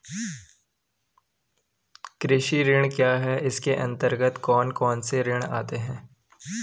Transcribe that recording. कृषि ऋण क्या है इसके अन्तर्गत कौन कौनसे ऋण आते हैं?